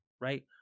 right